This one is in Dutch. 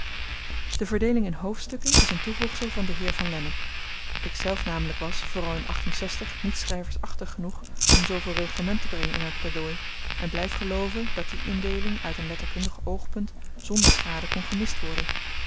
de verdeeling in hoofdstukken is n toevoegsel van den heer van lennep ikzelf namelyk was vooral in niet schryversachtig genoeg om zooveel reglement te brengen in m'n pleidooi en blyf gelooven dat die indeeling uit n letterkundig oogpunt zonder schade kon gemist worden